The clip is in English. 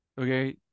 okay